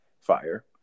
fire